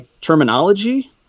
terminology